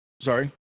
Sorry